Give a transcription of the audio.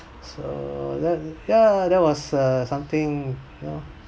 so that yeah that was uh something you know